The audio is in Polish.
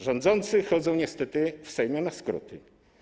Rządzący chodzą niestety w Sejmie na skróty.